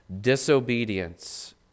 disobedience